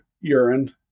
urine